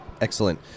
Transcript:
Excellent